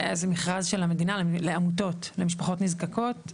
היה מכרז של המדינה לעמותות, למשפחות נזקקות.